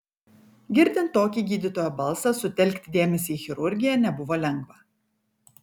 girdint tokį gydytojo balsą sutelkti dėmesį į chirurgiją nebuvo lengva